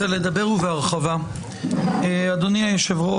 אדוני יושב-ראש